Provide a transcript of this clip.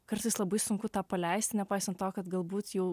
kartais labai sunku tą paleist nepaisant to kad galbūt jau